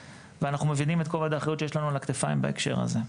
ואנחנו מבינים את כובד האחריות שיש לנו על הכתפיים בהקשר הזה.